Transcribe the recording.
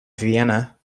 vienna